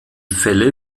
felle